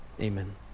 amen